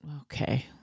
okay